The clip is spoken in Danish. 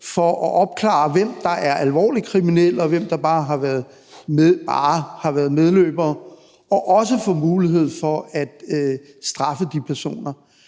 for at opklare, hvem der for alvor er kriminelle, og hvem der bare – bare – har været medløbere, og også får mulighed for at straffe de personer?